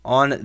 on